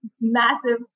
massive